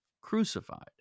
crucified